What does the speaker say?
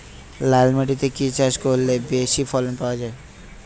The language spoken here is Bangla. লাল মাটিতে কি কি চাষ করলে বেশি ফলন পাওয়া যায়?